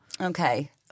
Okay